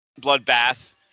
bloodbath